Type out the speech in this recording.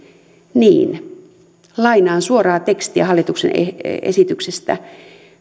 niin lainaan suoraa tekstiä hallituksen esityksestä